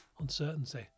uncertainty